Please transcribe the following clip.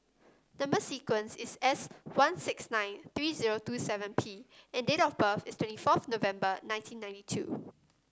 number sequence is S one six nine three zero two seven P and date of birth is twenty fourth November nineteen niety two